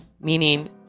Meaning